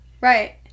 Right